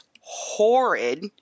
horrid